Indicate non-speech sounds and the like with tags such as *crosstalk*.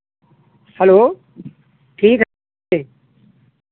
hello ठीक है *unintelligible*